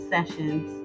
Sessions